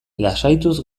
lasaituz